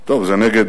טוב, זה נגד